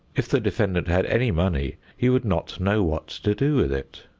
if the defendant had any money he would not know what to do with it.